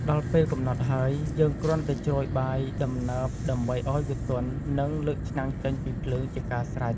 ដល់់ពេលកំណត់ហើយ យើងគ្រាន់តែជ្រោយបាយដំណើប ដើម្បីឱ្យវាទន់ និង លើកឆ្នាំងចេញពីភ្លើងជាការស្រេច។